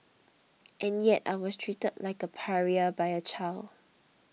and yet I was treated like a pariah by a child